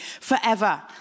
forever